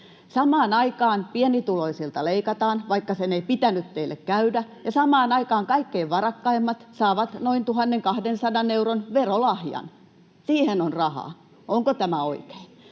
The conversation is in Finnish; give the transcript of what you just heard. Samaan aikaan pienituloisilta leikataan, vaikka sen ei pitänyt teille käydä, ja samaan aikaan kaikkein varakkaimmat saavat noin 1 200 euron verolahjan — siihen on rahaa. Onko tämä oikein?